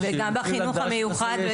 גם בחינוך המיוחד.